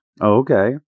Okay